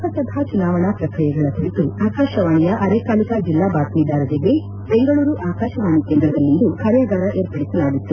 ಲೋಕಸಭಾ ಚುನಾವಣಾ ಪ್ರಕ್ರಿಯೆಗಳ ಕುರಿತು ಆಕಾಶವಾಣಿಯ ಅರೆಕಾಲಿಕ ಜಿಲ್ಲಾ ಬಾತ್ಮೀದಾರರಿಗೆ ಬೆಂಗಳೂರು ಆಕಾಶವಾಣಿ ಕೇಂದ್ರದಲ್ಲಿಂದು ಕಾರ್ಯಾಗಾರ ಏರ್ಪಡಿಸಲಾಗಿತ್ತು